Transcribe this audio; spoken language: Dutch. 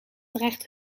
terecht